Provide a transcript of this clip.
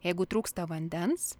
jeigu trūksta vandens